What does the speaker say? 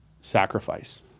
sacrifice